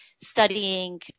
studying